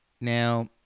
Now